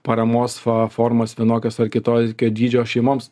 paramos fa formas vienokios ar kitokio dydžio šeimoms